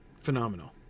phenomenal